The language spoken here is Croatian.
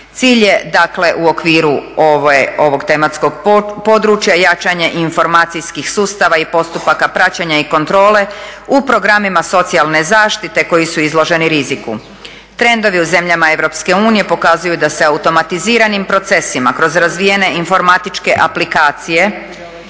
Cilj je dakle u okviru ovog tematskog područja jačanje informacijskih sustava i postupaka praćenja i kontrole u programima socijalne zaštite koji su izloženi riziku. Trendovi u zemljama EU pokazuju da se automatiziranim procesim kroz razvijene informatičke aplikacije